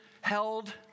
held